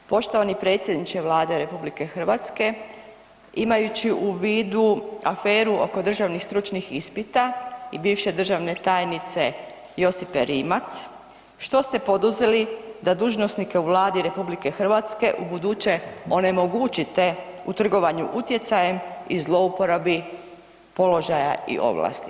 Poštovani predsjedniče Vlade RH imajući u vidu aferu oko državnih stručnih ispita i bivše državne tajnice Josipe Rimac što ste poduzeli da dužnosnike u Vladi RH ubuduće onemogućite u trgovanju utjecajem i zlouporabi položaja i ovlasti?